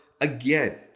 again